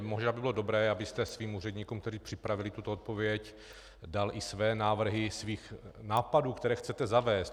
Možná by bylo dobré, abyste svým úředníkům, kteří připravili tuto odpověď, dal i své návrhy svých nápadů, které chcete zavést.